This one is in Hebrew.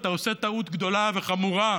אתה עושה טעות גדולה וחמורה.